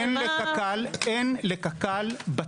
אין לקק"ל בתי יערנים.